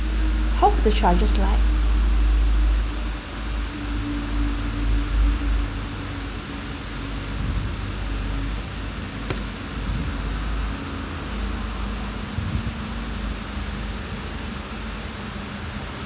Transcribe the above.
how the charges like